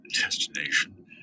destination